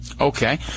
okay